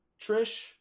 Trish